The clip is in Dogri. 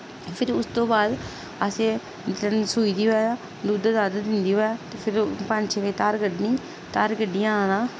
फिर उस तो बाद असें मतलब सुई दी होऐ दुद्ध दद्ध दिंदी होऐ ते फिर पंज छे बज़े धार कड्डनी धार कड्डियै आना